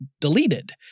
deleted